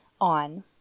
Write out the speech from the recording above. on